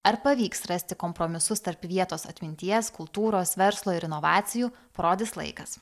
ar pavyks rasti kompromisus tarp vietos atminties kultūros verslo ir inovacijų parodys laikas